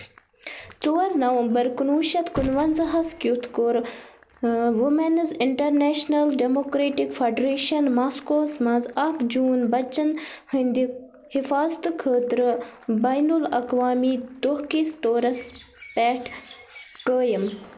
ژور نَومبر کُنہٕ وُہ شیٚتھ کُنہٕ وَنزَہس کیُتھ کوٚر وُمیٚنٛز اِنٛٹرنیشنل ڈیٚموکرٛیٚٹِک فیٚڈریشنن ماسکو ہس منٛز، اکھ جوٗن بَچن ہِنٛدِ حِفاظتہٕ خٲطرٕ بینُ الاقوامی دۄہ کِس طورس پٮ۪ٹھ قٲیِم